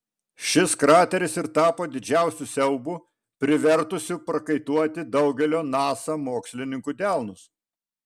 šis krateris ir tapo didžiausiu siaubu privertusiu prakaituoti daugelio nasa mokslininkų delnus